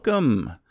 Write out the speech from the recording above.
Welcome